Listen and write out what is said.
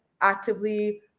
actively